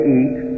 eat